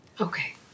Okay